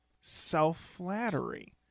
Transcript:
self-flattery